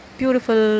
beautiful